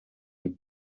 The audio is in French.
les